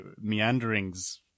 meanderings